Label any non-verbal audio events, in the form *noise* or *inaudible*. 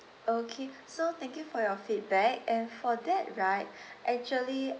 okay so thank you for your feedback and for that right *breath* actually